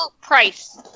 price